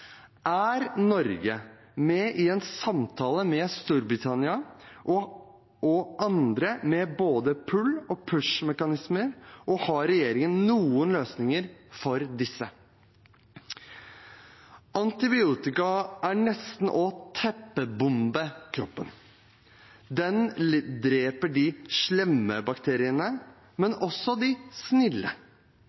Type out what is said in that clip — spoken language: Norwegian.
Er Norge med i en samtale med Storbritannia og andre om både «pull-» og «push-mekanismer», og har regjeringen noen løsninger for disse? Antibiotika er nesten som å teppebombe kroppen. Den dreper «de slemme» bakteriene, men også «de snille».